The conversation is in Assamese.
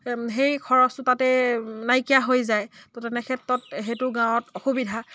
সেই খৰচটো তাতে নাইকিয়া হৈ যায় ত' তেনেক্ষেত্ৰত সেইটো গাঁৱত অসুবিধা